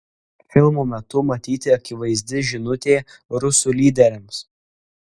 filmo metu matyti akivaizdi žinutė rusų lyderiams